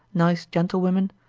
nice gentlewomen,